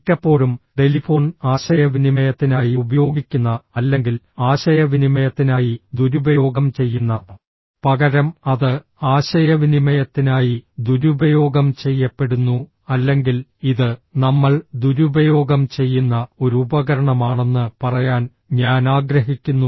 മിക്കപ്പോഴും ടെലിഫോൺ ആശയവിനിമയത്തിനായി ഉപയോഗിക്കുന്ന അല്ലെങ്കിൽ ആശയവിനിമയത്തിനായി ദുരുപയോഗം ചെയ്യുന്ന പകരം അത് ആശയവിനിമയത്തിനായി ദുരുപയോഗം ചെയ്യപ്പെടുന്നു അല്ലെങ്കിൽ ഇത് നമ്മൾ ദുരുപയോഗം ചെയ്യുന്ന ഒരു ഉപകരണമാണെന്ന് പറയാൻ ഞാൻ ആഗ്രഹിക്കുന്നു